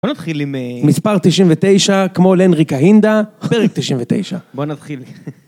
בוא נתחיל עם מספר 99, כמו לנריק ההינדה, פרק 99. בוא נתחיל.